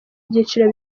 byiciro